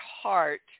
heart